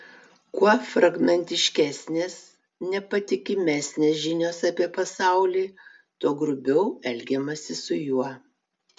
kuo fragmentiškesnės nepatikimesnės žinios apie pasaulį tuo grubiau elgiamasi su juo